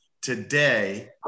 Today